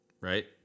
Right